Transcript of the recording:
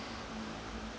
<S<